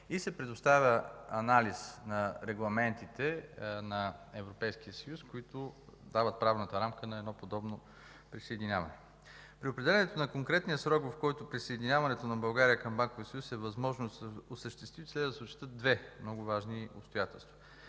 и се предоставя анализ на регламентите на Европейския съюз, които дават правната рамка на едно подобно присъединяване. При определянето на конкретния срок, в който присъединяването на България към Банковия съюз е възможно да се осъществи, следват да се осъществят две много важни обстоятелства.